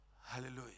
Hallelujah